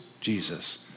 Jesus